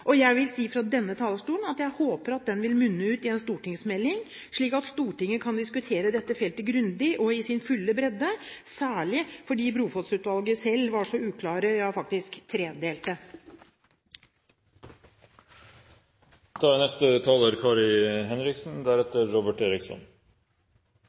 Jeg vil si fra denne talerstolen at jeg håper at den vil munne ut i en stortingsmelding, slik at Stortinget kan diskutere dette feltet grundig og i sin fulle bredde – særlig fordi Brofoss-utvalget selv var så uklar, ja faktisk